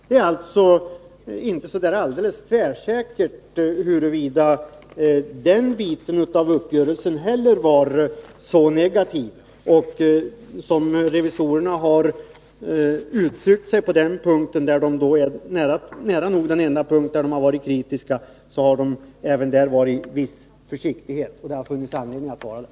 Det är alltså inte heller alldeles tvärsäkert att den biten av uppgörelsen var så negativ för staten. Detta är nära nog den enda punkt där revisorerna har varit kritiska, men de har även där uttryckt sig med viss försiktighet, och det har funnits anledning att göra det.